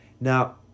Now